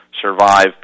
survive